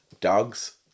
dogs